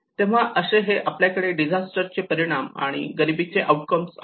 तेव्हा असे हे आपल्याकडे डिझास्टर चे परिणाम आणि गरिबीचे आउटकम आहेत